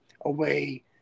away